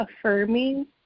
affirming